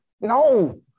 No